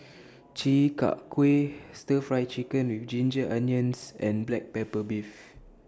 Chi Kak Kuih Stir Fry Chicken with Ginger Onions and Black Pepper Beef